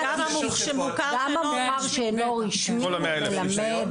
גם המוכר שאינו רשמי מלמד עברית.